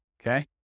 Okay